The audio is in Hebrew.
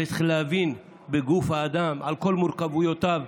שצריך להבין בגוף האדם על כל מורכבויותיו,